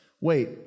Wait